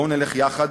בואו נלך יחד,